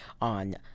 on